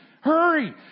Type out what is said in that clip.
hurry